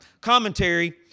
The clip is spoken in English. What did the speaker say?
commentary